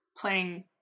playing